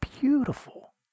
beautiful